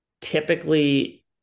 typically